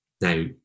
Now